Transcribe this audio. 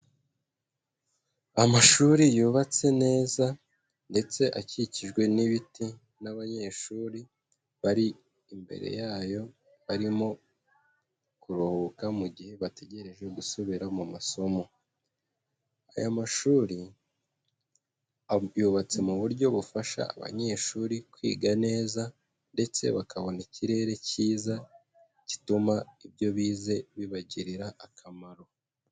Amashuri yubatse neza, ndetse akikijwe n'ibiti n'abanyeshuri bari imbere yayo, barimo kuruhuka mu gihe bategereje gusubira mu masomo. Aya mashuri yubatse mu buryo bufasha abanyeshuri kwiga neza, ndetse bakabona ikirere kiza gituma ibyo bize bibagirira akamaro.